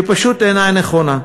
שפשוט אינה נכונה.